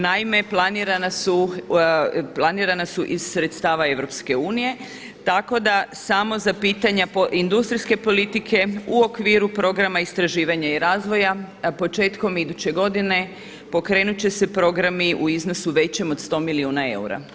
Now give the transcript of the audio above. Naime, planirana su iz sredstava Europske unije tako da samo za pitanja industrijske politike u okviru Programa istraživanja i razvoja, a početkom iduće godine pokrenut će se programi u iznosu većem od 100 milijuna eura.